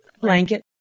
Blanket